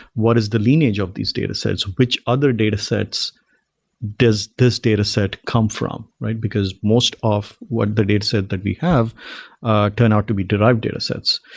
what is the lineage of these datasets? which other datasets does this dataset come from? because most of what the datasets that we have turn out to be derived datasets.